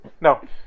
No